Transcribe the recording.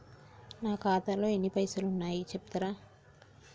నా ఖాతాలో ఎన్ని పైసలు ఉన్నాయి చెప్తరా?